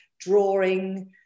drawing